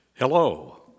Hello